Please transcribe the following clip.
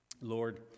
Lord